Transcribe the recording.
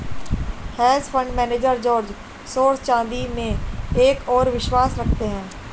hedge fund manager George Soros चांदी में एक और विश्वास रखते हैं